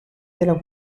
della